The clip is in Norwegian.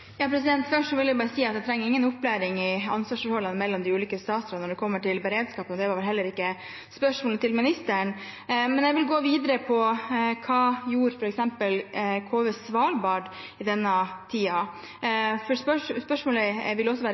jeg si at jeg trenger ingen opplæring i ansvarsforholdene mellom de ulike statsrådene når det gjelder beredskap, og det var heller ikke spørsmålet til ministeren. Jeg vil gå videre på hva f.eks. KV «Svalbard» gjorde i denne tiden. Spørsmålet vil også være: Hvor lang tid ville det tatt hadde KV «Svalbard» f.eks. patruljert i vernesonen denne